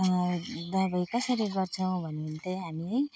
दबाई कसरी गर्छौँ भन्यो भने त हामी